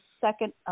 second